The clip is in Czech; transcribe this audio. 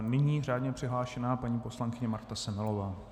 Nyní řádně přihlášená paní poslankyně Marta Semelová.